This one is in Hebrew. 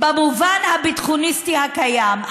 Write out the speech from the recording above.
במובן הביטחוניסטי הקיים.